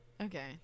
Okay